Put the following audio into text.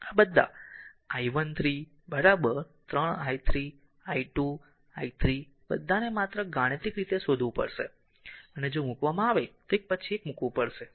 આ બધા i 1 3 3 i 3 i2 2 i 3 બધાને માત્ર ગાણિતિક રીતે શોધવું પડશે અને જો મૂકવામાં આવે તો એક પછી એક મૂકવું પડશે